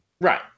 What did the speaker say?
Right